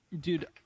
Dude